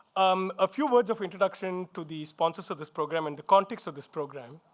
um a few words of introduction to the sponsors of this program and the context of this program.